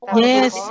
yes